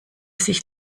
sich